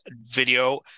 video